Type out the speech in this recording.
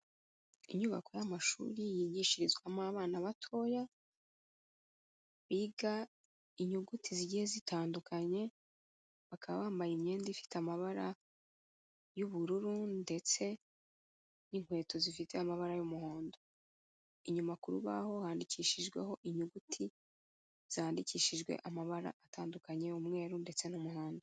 Inyubako y'amashuri yigishirizwamo abana batoya biga inyuguti zigiye zitandukanye, bakaba bambaye imyenda ifite amabara y'ubururu ndetse n'inkweto zifite amabara y'umuhondo, inyuma ku rubaho handikishijweho inyuguti zandikishijwe amabara atandukanye umweru ndetse n'umuhondo.